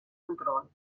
control